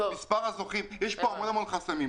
מספר הזוכים - יש פה המון המון חסמים.